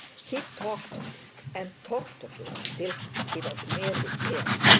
he talked of it, and talked of it till he was nearly ill.